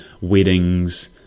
weddings